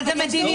אבל זו מדיניות.